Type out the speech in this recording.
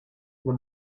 the